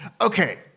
okay